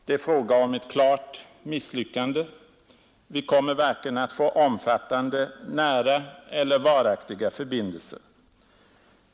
Det är fråga om ett klart misslyckande — vi kommer varken att få omfattande, nära eller varaktiga förbindelser.